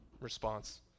response